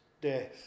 death